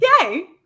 Yay